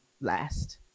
last